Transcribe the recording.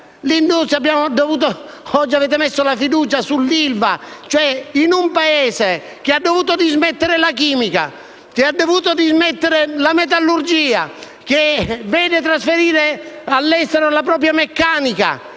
dell'industria. Avete posto la questione di fiducia sull'ILVA. In un Paese che ha dovuto dismettere la chimica, che ha dovuto dismettere la metallurgia, che vede trasferire all'estero la propria meccanica,